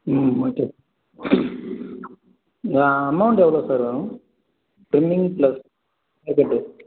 ம் okay sir amount எவ்வளோ sir வரும் ட்ரிம்மிங் ப்ளஸ் ஹேர்கட்டு